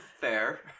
Fair